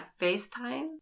FaceTime